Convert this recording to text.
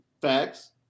Facts